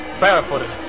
barefooted